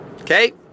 Okay